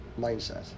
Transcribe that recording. mindset